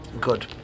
Good